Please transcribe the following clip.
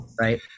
right